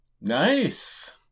Nice